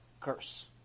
curse